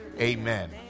amen